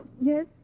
yes